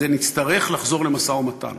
נצטרך לחזור למשא-ומתן